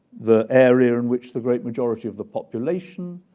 the area in which the great majority of the population,